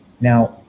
Now